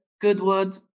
Goodwood